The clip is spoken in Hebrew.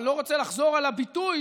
אני לא רוצה לחזור על הביטוי,